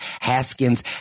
Haskins